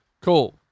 cool